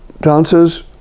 dancers